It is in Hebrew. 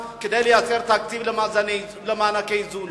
אני יודע שאתה נאבק בממשלה כדי לייצר תקציב למענקי איזון.